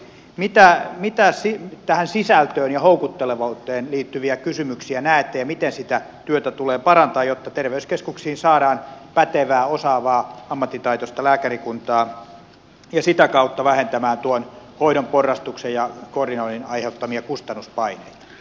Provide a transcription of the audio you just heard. mitä tähän sisältöön ja houkuttelevuuteen liittyviä kysymyksiä näette ja miten sitä työtä tulee parantaa jotta terveyskeskuksiin saadaan pätevää osaavaa ammattitaitoista lääkärikuntaa ja sitä kautta vähennettyä tuon hoidon porrastuksen ja koordinoinnin aiheuttamia kustannuspaineita